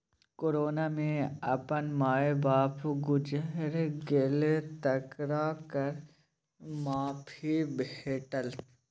corona मे अपन माय बाप गुजैर गेल तकरा कर माफी भेटत